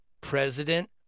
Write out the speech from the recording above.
President